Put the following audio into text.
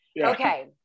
okay